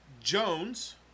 Jones